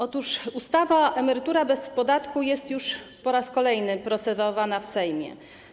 Otóż ustawa Emerytura bez podatku jest już po raz kolejny procedowana w Sejmie.